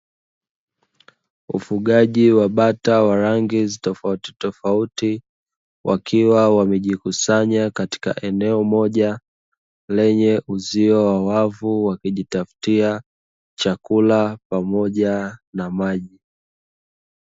Ufugaji wa bata wa rangi tofautitofauti wakiwa wamejikusanya katika eneo moja lenye uzio wa wavu, huku wakijitafutia vyakula pamoja na maji.